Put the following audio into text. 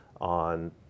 on